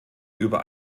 über